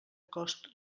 cost